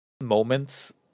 moments